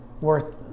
worth